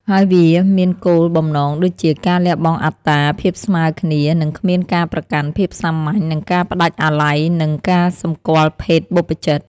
ហើយវាមានគោលបំណងដូចជា ការលះបង់អត្តា ភាពស្មើគ្នា និងគ្មានការប្រកាន់ ភាពសាមញ្ញ និងការផ្តាច់អាល័យ និងការសម្គាល់ភេទបព្វជិត។